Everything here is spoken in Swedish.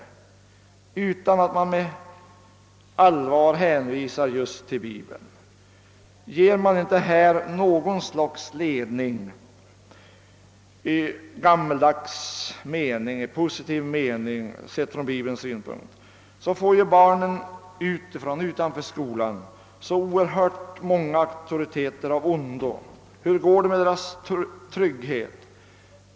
Utan att man med allvar hänvisar just till Bibeln? Ger man inte något slags ledning i gammaldags positiv mening, sett från Bibelns synpunkt, får barnen utanför skolan så oerhört många auktoriteter av ondo. Hur blir det då med barnens trygghet?